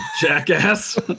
jackass